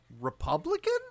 Republican